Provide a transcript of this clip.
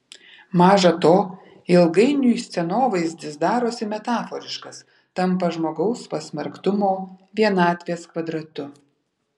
maža to ilgainiui scenovaizdis darosi metaforiškas tampa žmogaus pasmerktumo vienatvės kvadratu